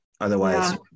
Otherwise-